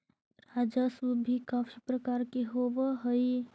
राजस्व भी काफी प्रकार के होवअ हई